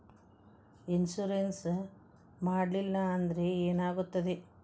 Insurance ಮಾಡಲಿಲ್ಲ ಅಂದ್ರೆ ಏನಾಗುತ್ತದೆ?